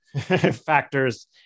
factors